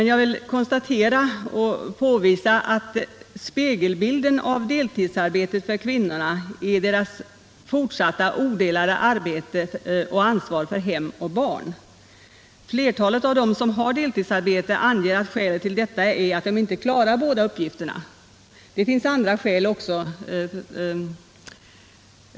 Jag vill emellertid understryka att spegelbilden av deltidsarbetet för kvinnorna är deras fortsatta odelade arbete och ansvar för hem och barn. Flertalet av dem som har deltidsarbete anger att skälet till detta är att de inte klarar båda uppgifterna, om de arbetar på heltid. Det finns andra skäl också.